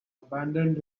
abandoned